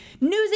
newsy